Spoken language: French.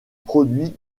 produit